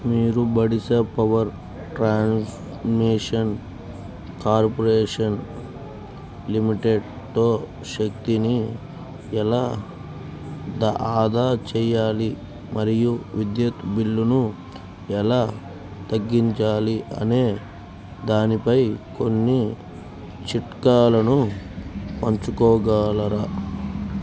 మీరు బడిశా power transmission corporation లిమిటెడ్తో శక్తిని ఎలా దా ఆదా చేయాలి మరియు విద్యుత్ బిల్లును ఎలా తగ్గించాలి అనే దానిపై కొన్ని చిట్కాలను పంచుకోగలరా